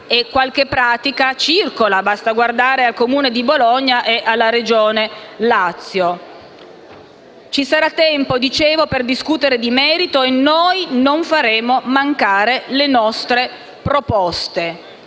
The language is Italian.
e qualche pratica circolano, basta guardare al Comune di Bologna e alla Regione Lazio. Ci sarà tempo per discutere di merito e noi non faremo mancare le nostre proposte,